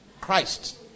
christ